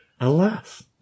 Alas